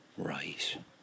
Right